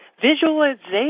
visualization